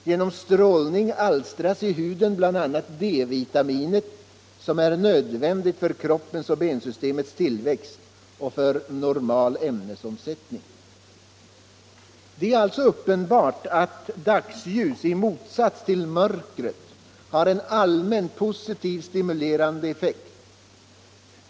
Genom bestrålning alstras i huden bl.a. D-vitaminet, som är nödvändigt för kroppen och bensystemets tillväxt och för normal ämnesomsättning. Det är alltså uppenbart att dagsljus i motsats till mörker har en allmänt positiv och stimulerande effekt.